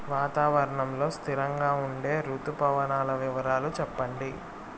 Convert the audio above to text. వాతావరణం లో స్థిరంగా ఉండే రుతు పవనాల వివరాలు చెప్పండి?